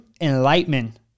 enlightenment